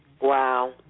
Wow